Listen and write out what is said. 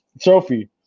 trophy